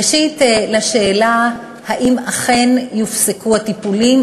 ראשית לשאלה אם אכן יופסקו הטיפולים,